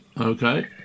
Okay